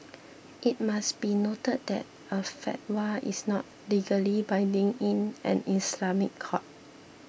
it must be noted that a fatwa is not legally binding in an Islamic court